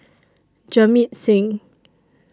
Jamit Singh